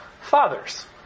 fathers